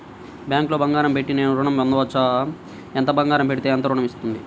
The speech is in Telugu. బ్యాంక్లో బంగారం పెట్టి నేను ఋణం పొందవచ్చా? ఎంత బంగారం పెడితే ఎంత ఋణం వస్తుంది?